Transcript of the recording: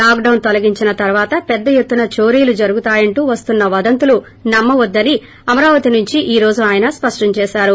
lockdown తొలగించిన తరువాత పెద్ద ఎత్తున చోరీలు జరుగుతాయంటూ వస్తున్న వదంతులు నమ్మొద్దని అమరావతి నుంచి ఈ రోజు ఆయన స్పష్టం చేశారు